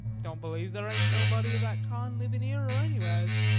don't believe there ain't nobody of that kind livin' ere or anywheres.